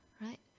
right